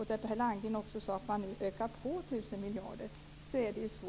Per Landgren sade att man nu ökar på med 1 000 miljoner.